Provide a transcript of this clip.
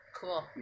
Cool